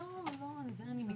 שלום לך, אדוני היושב-ראש,